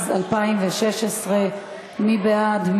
התשע"ז 2016. מי בעד?